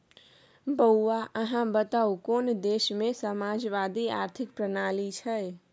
बौआ अहाँ बताउ कोन देशमे समाजवादी आर्थिक प्रणाली छै?